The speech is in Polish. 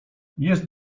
jest